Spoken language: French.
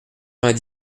vingt